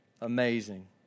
amazing